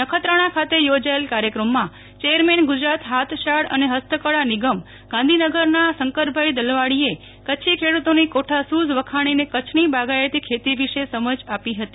નખત્રાણા ખાતે યોજાયેલ કાર્યક્રમમાં ચેરમેન ગુજરાત હાથશાળ અને હસ્તકળા નિગમગાંધીનગરના શ્રી શંકરભાઇ દલવાડીએ કચ્છી ખેડૂતોની કોઠાસૂઝ વખાણીને કચ્છની બાગાયતી ખેતીવિશે સમજ આપી હતી